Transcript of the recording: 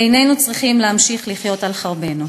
איננו צריכים להמשיך לחיות על חרבנו.